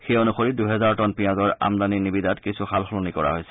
সেই অনুসৰি দুহাজাৰ টন পিয়াজৰ আমদানি নিবিদাত কিছু সালসলনি কৰা হৈছে